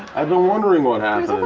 i've been wondering what happened